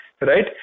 right